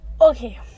okay